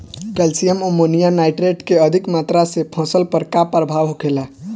Calcium ammonium nitrate के अधिक मात्रा से फसल पर का प्रभाव होखेला?